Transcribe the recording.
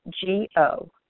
G-O